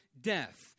death